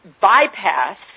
bypass